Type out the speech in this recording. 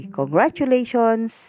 congratulations